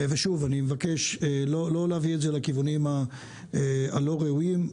שוב, אני מבקש לא לקחת את זה לכיוונים הלא ראויים.